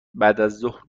بعدازظهر